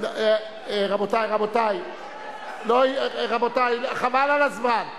רבותי, חבל על הזמן.